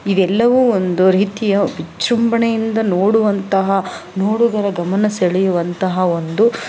ಇವೆಲ್ಲವೂ ಒಂದು ರೀತಿಯ ವಿಜೃಂಭಣೆಯಿಂದ ನೋಡುವಂತಹ ನೋಡುಗರ ಗಮನ ಸೆಳೆಯುವಂತಹ ಒಂದು